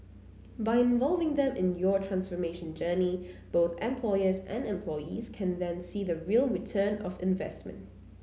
by involving them in your transformation journey both employers and employees can then see the real return of investment